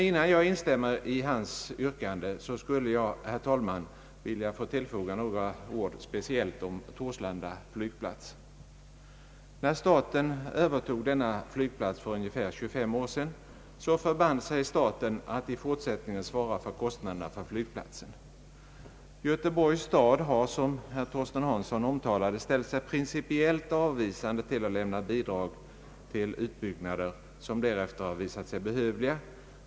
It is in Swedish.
Innan jag instämmer i hans yrkande skulle jag, herr talman, vilja tillfoga några ord speciellt om Torslanda flygplats. När staten övertog denna flygplats för ungefär 25 år sedan förband man sig att i fortsättningen svara för kostnaderna för flygplatsen. Göteborgs stad har, som herr Torsten Hansson omtalade, ställt sig principiellt avvisande till att lämna bidrag till utbyggnader som därefter har visat sig behövliga.